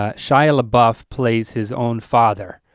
ah shia labeouf, plays his own father.